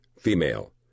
Female